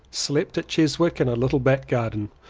slept at chiswick in a little back garden.